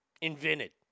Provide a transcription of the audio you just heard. invented